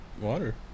Water